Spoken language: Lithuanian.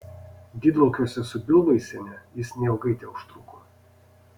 didlaukiuose su bilvaisiene jis neilgai teužtruko